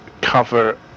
cover